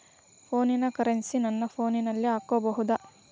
ಫೋನಿನ ಕರೆನ್ಸಿ ನನ್ನ ಫೋನಿನಲ್ಲೇ ಕಟ್ಟಬಹುದು?